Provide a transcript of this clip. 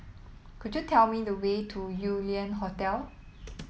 could you tell me the way to Yew Lian Hotel